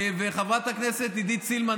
חברת הכנסת עידית סילמן,